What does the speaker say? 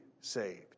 saved